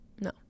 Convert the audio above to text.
No